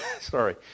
sorry